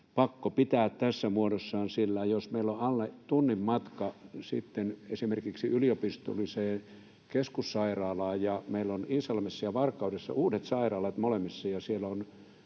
pakko pitää tässä muodossaan — sillä jos meillä on alle tunnin matka sitten esimerkiksi yliopistolliseen keskussairaalaan ja meillä on Iisalmessa ja Varkaudessa uudet sairaalat molemmissa ja siellä on